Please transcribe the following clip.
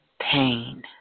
pain